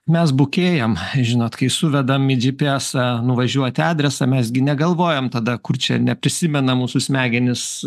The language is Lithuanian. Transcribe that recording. mes bukėjam žinot kai suvedam į džipiesą nuvažiuot adresą mes gi negalvojam tada kur čia neprisimena mūsų smegenys